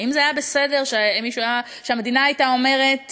האם זה היה בסדר שהמדינה הייתה אומרת: